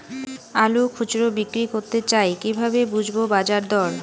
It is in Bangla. আলু খুচরো বিক্রি করতে চাই কিভাবে বুঝবো বাজার দর?